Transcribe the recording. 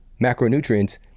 macronutrients